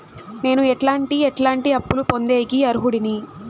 నేను ఎట్లాంటి ఎట్లాంటి అప్పులు పొందేకి అర్హుడిని?